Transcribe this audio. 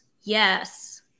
Yes